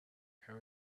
how